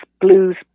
blues